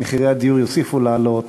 מחירי הדיור יוסיפו לעלות.